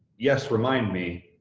yes, remind me,